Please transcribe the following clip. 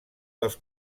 dels